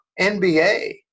NBA